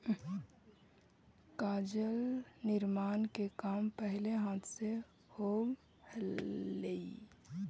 कागज निर्माण के काम पहिले हाथ से होवऽ हलइ